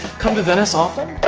come to venice often?